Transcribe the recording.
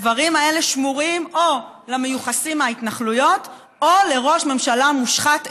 הדברים האלה שמורים או למיוחסים מההתנחלויות או לראש ממשלה מושחת אחד.